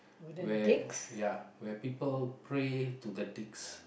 where people pray to the dicks